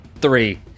Three